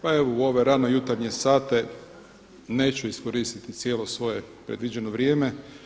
Pa evo u ove ranojutarnje sate neću iskoristiti cijelo svoje predviđeno vrijeme.